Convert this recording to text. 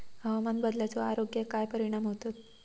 हवामान बदलाचो आरोग्याक काय परिणाम होतत?